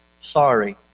sorry